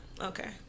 Okay